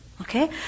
Okay